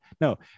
No